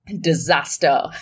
disaster